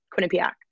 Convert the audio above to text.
Quinnipiac